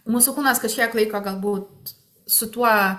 mūsų kūnas kažkiek laiko galbūt su tuo